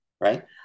right